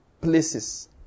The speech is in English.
places